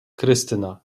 krystyna